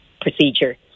procedure